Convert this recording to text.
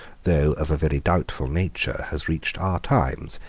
though of a very doubtful nature, has reached our times,